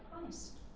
Christ